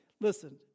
Listen